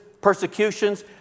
persecutions